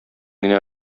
генә